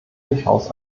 durchaus